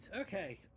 okay